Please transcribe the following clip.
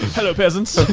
hello peasants.